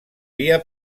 via